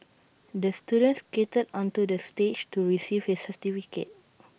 the student skated onto the stage to receive his certificate